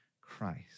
christ